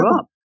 up